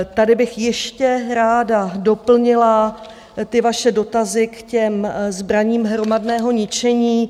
Tady bych ještě ráda doplnila ty vaše dotazy k těm zbraním hromadného ničení.